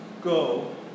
Go